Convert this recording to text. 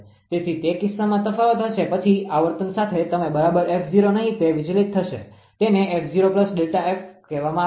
તેથી તે કિસ્સામાં તફાવત હશે પછી આવર્તન સાથે તમે બરાબર 𝑓0 નહીં તે વિચલિત થશે તેને કહેવામાં આવશે